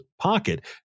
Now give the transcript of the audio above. pocket